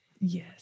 Yes